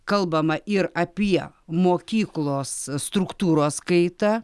kalbama ir apie mokyklos struktūros kaitą